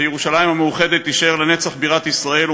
וירושלים המאוחדת תישאר לנצח בירת ישראל.